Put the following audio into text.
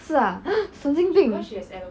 是啊 ah 神经病